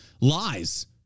lies